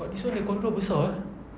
but this one the control besar eh